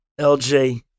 LJ